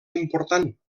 important